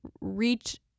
reach